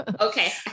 Okay